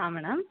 ಹಾಂ ಮೇಡಮ್